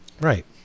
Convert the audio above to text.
Right